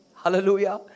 Hallelujah